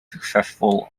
successful